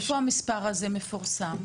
איפה המספר הזה מפורסם?